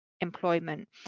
employment